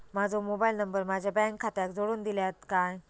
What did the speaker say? माजो mobile number माझ्या bank खात्याक जोडून दितल्यात काय?